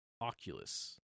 Oculus